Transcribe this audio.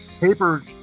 paper